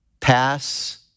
Pass